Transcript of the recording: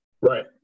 Right